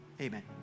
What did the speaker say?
Amen